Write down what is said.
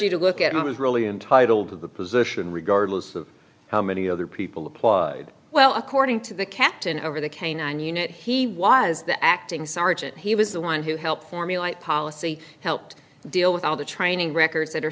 you to look at it was really intitled to the position regardless of how many other people applied well according to the captain over the canine unit he was the acting sergeant he was the one who helped formulate policy helped deal with all the training records that are